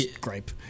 gripe